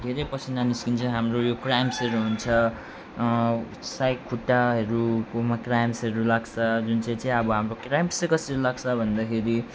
धेरै पसिना निस्किन्छ हाम्रो यो क्राम्सहरू हुन्छ सायद खुट्टाहरूकोमा क्राम्सहरू लाग्छ जुन चाहिँ चाहिँ हाम्रो क्राम्स चाहिँ कसरी लाग्छ भन्दाखेरि